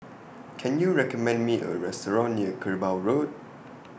Can YOU recommend Me A Restaurant near Kerbau Road